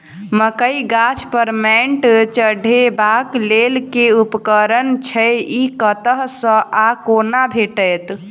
मकई गाछ पर मैंट चढ़ेबाक लेल केँ उपकरण छै? ई कतह सऽ आ कोना भेटत?